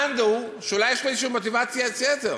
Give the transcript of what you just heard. מאן דהוא, שאולי יש לו איזו מוטיבציית יתר.